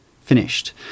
finished